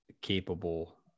capable